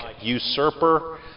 usurper